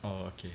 oh okay